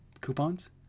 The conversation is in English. coupons